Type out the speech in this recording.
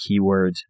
keywords